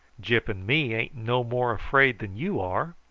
gyp and me ain't no more afraid than you are.